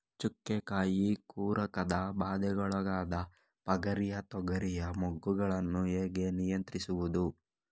ಚುಕ್ಕೆ ಕಾಯಿ ಕೊರಕದ ಬಾಧೆಗೊಳಗಾದ ಪಗರಿಯ ತೊಗರಿಯ ಮೊಗ್ಗುಗಳನ್ನು ಹೇಗೆ ನಿಯಂತ್ರಿಸುವುದು?